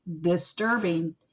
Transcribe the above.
disturbing